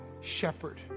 shepherd